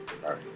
sorry